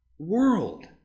world